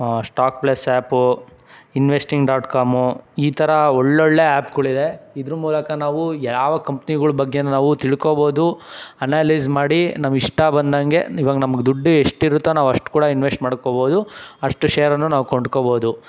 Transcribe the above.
stock plus app investing dot com ಈ ಥರ ಒಳ್ಳೊಳ್ಳೆಯ ಆ್ಯಪ್ಗಳಿವೆ ಇದ್ರ ಮೂಲಕ ನಾವು ಯಾವ ಕಂಪ್ನಿಗಳ ಬಗ್ಗೆನೂ ನಾವು ತಿಳ್ಕೋಬೋದು ಅನಾಲಿಸ್ ಮಾಡಿ ನಾವು ಇಷ್ಟ ಬಂದಂಗೆ ಇವಾಗ ನಮ್ಗೆ ದುಡ್ಡು ಎಷ್ಟು ಇರುತ್ತೋ ನಾವು ಅಷ್ಟು ಕೂಡ ಇನ್ವೆಶ್ಟ್ ಮಾಡ್ಕೊಬೋದು ಅಷ್ಟು ಶೇರನ್ನು ನಾವು ಕೊಂಡ್ಕೊಬೋದು